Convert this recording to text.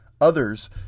Others